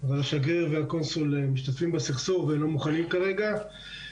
אבל השגריר והקונסול משתתפים בסכסוך ולא מוכנים כרגע.